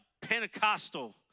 Pentecostal